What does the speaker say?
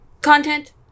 content